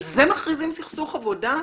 על זה מכריזים סכסוך עבודה?